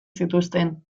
zituzten